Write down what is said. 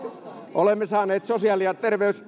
olemme saaneet sosiaali ja